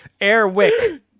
Airwick